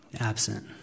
absent